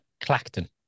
Clacton